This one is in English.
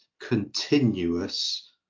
continuous